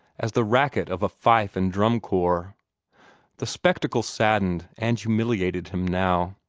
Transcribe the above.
as the racket of a fife and drum corps the spectacle saddened and humiliated him now.